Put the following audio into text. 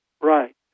Right